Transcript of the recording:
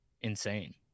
insane